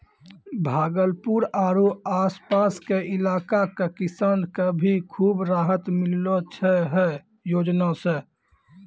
भागलपुर आरो आस पास के इलाका के किसान कॅ भी खूब राहत मिललो छै है योजना सॅ